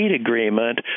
agreement